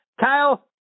Kyle